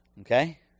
Okay